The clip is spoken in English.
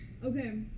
Okay